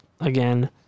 Again